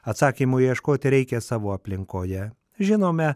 atsakymo ieškoti reikia savo aplinkoje žinome